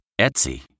Etsy